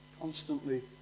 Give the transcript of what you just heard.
Constantly